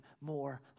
more